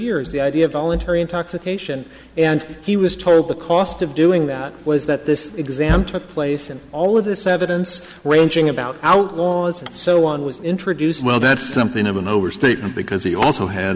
years the idea of voluntary intoxication and he was told the cost of doing that was that this exam took place and all of this evidence ranging about outlaws and so on was introduced well that's something of an overstatement because he also ha